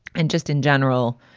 and just in general,